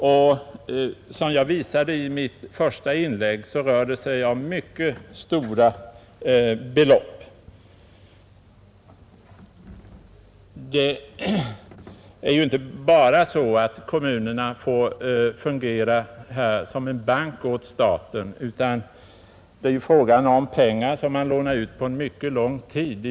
Och som jag visade i mitt första inlägg rör det sig om mycket stora belopp. Det är ju inte bara så att kommunerna får fungera som en bank åt staten, utan det är fråga om pengar som man lånar ut på en mycket lång tid.